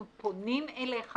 אנחנו פונים אליך,